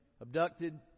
abducted